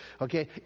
Okay